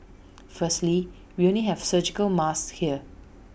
firstly we only have surgical masks here